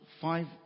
five